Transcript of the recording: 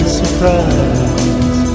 surprise